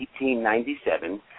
1897